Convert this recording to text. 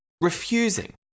Refusing